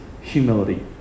Humility